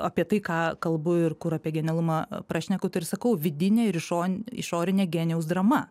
apie tai ką kalbu ir kur apie genialumą prašneku ir sakau vidinė ir išor išorinė genijaus drama